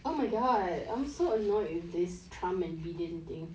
oh my god I'm so annoyed with this trump and biden thing